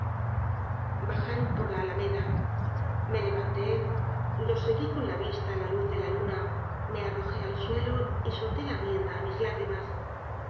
bajaron por la alameda me levanté los seguí con la vista á la luz de la luna me arrojé al suelo y solté la rienda á mis lágrimas